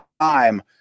time